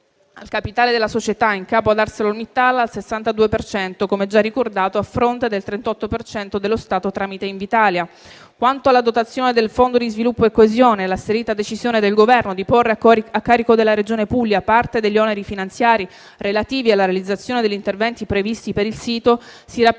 al capitale della società in capo ad ArcelorMittal al 62 per cento, come già ricordato, a fronte del 38 per cento dello Stato tramite Invitalia. Quanto alla dotazione del Fondo di sviluppo e coesione e all'asserita decisione del Governo di porre a carico della Regione Puglia parte degli oneri finanziari relativi alla realizzazione degli interventi previsti per il sito, si rappresenta